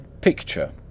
Picture